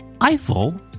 Eiffel